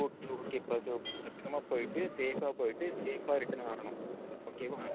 okay okay பா so பத்ரமாக போய்விட்டு சேஃபாக போய்விட்டு சேஃபாக ரிட்டர்ன் வரனும் ஓகேவா